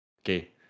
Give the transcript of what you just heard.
Okay